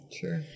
sure